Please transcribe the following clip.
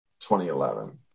2011